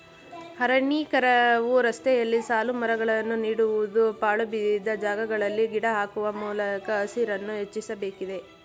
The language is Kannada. ಅರಣ್ಯೀಕರಣವು ರಸ್ತೆಯಲ್ಲಿ ಸಾಲುಮರಗಳನ್ನು ನೀಡುವುದು, ಪಾಳುಬಿದ್ದ ಜಾಗಗಳಲ್ಲಿ ಗಿಡ ಹಾಕುವ ಮೂಲಕ ಹಸಿರನ್ನು ಹೆಚ್ಚಿಸಬೇಕಿದೆ